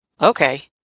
okay